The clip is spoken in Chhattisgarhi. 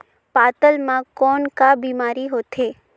पातल म कौन का बीमारी होथे?